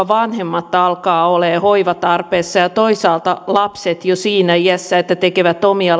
vanhemmat alkavat olemaan hoivan tarpeessa ja toisaalta lapset jo siinä iässä että tekevät omia